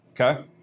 Okay